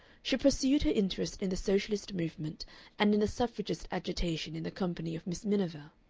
she pursued her interest in the socialist movement and in the suffragist agitation in the company of miss miniver.